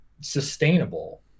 sustainable